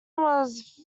was